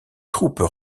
troupes